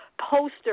poster